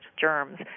germs